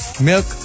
Milk